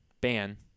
ban